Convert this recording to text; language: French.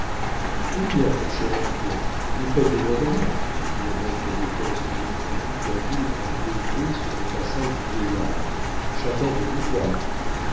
eh bien mon cher oncle vous faites événement dit le maître de poste en montrant toute la ville en deux haies sur le passage du vieillard chacun veut vous voir